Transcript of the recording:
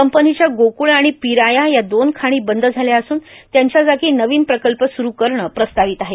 कंपनीच्या गोकुळ आणि पीराया या दोन खाणी बंद झाल्या असून त्यांच्या जागी नवीन प्रकल्प सूरू करणं प्रस्तावित आहे